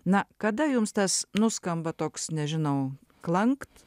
na kada jums tas nuskamba toks nežinau klankt